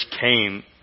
came